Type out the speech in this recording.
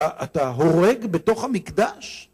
אתה הורג בתוך המקדש?